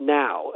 now